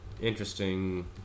interesting